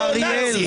גינית?